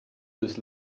this